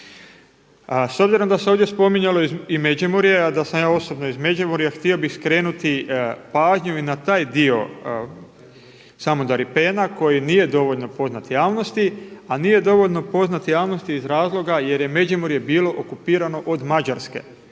a da sam ja osobno iz Međimurja a da sam ja osobno iz Međimurja htio bih skrenuti pažnju i na taj dio „samoudaripen“ koji nije dovoljno poznat javnosti a nije dovoljno poznat javnosti iz razloga jer je Međimurje bilo okupirano iz Mađarske.